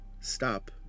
stop